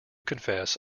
confess